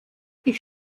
ich